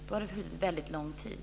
Då har det förflutit väldigt lång tid.